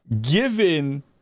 given